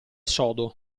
sodo